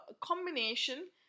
combination